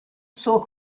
zur